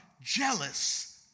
jealous